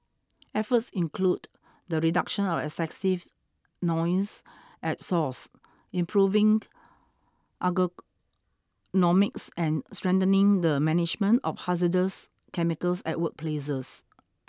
efforts include the reduction of excessive noise at source improving and strengthening the management of hazardous chemicals at workplaces